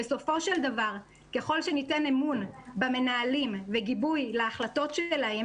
בסופו של דבר ככל שניתן אמון במנהלים וגיבוי להחלטות שלהם